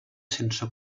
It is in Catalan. sense